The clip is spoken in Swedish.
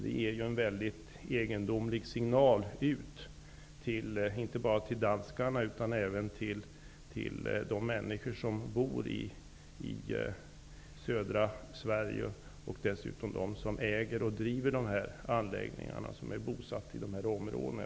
Den ger ju en väldigt egendomlig signal, inte bara till danskarna utan även till de människor som bor i södra Sverige och dessutom till de som äger och driver dessa anläggningar och som är bosatta i närbelägna områden.